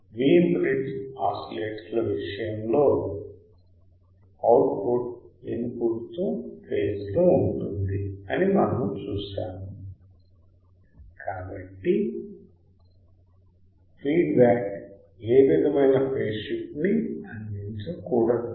Wien bridge ఆసిలేటర్ల విషయంలో output input తో ఫేజ్ లో ఉంటుంది అని మనము చూశాము కాబట్టి ఫీడ్ బ్యాక్ ఏ విధమైన ఫేజ్ షిఫ్ట్ ని అందించకూడదు